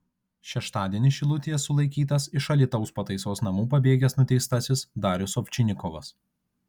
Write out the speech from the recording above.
šeštadienį šilutėje sulaikytas iš alytaus pataisos namų pabėgęs nuteistasis darius ovčinikovas